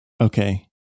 okay